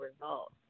results